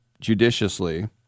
judiciously